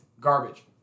garbage